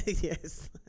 Yes